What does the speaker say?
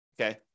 okay